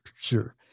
sure